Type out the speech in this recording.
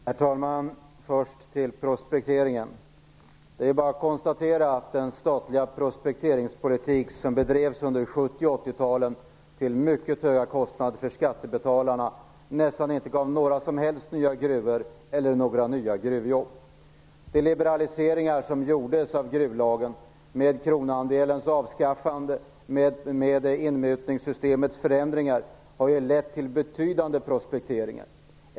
Herr talman! Det är bara att konstatera att den statliga prospekteringspolitik som drevs under 70 och 80-talen, till mycket höga kostnader för skattebetalarna, nästan inte gav några nya gruvor eller nya gruvjobb. De liberaliseringar av gruvlagen som gjordes, med kronandelens avskaffande och inmutningssystemets förändringar, har ju lett till betydande prospekteringar.